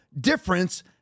difference